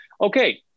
Okay